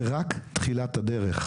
זה רק תחילת הדרך.